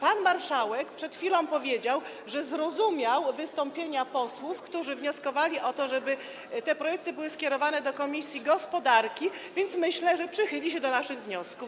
Pan marszałek przed chwilą powiedział, że zrozumiał wystąpienia posłów, którzy wnioskowali o to, żeby te projekty były skierowane do komisji gospodarki, więc myślę, że przychyli się do naszych wniosków.